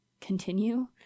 continue